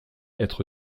être